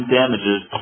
damages